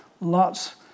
lots